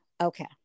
Okay